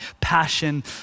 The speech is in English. passion